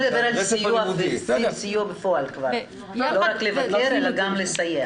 זה סיוע בפועל, לא רק לבקר אלא גם לסייע.